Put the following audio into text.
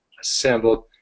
assembled